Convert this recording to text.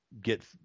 get